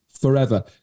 forever